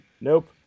nope